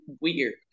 weird